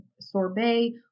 sorbet